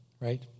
right